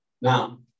Now